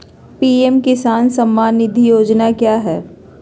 PM Kisan Samman Nidhi Yojana क्या है?